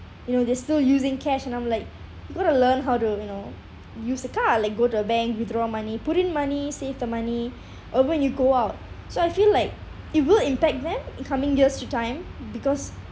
you know they still using cash and I'm like you got to learn how to you know use a card like go to the bank withdraw money put in money save the money or when you go out so I feel like it will impact them in coming years through time because